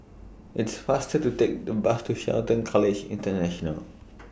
It's faster to Take The Bus to Shelton College International